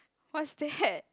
what's that